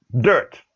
Dirt